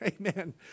Amen